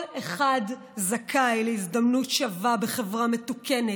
כל אחד זכאי להזדמנות שווה בחברה מתוקנת,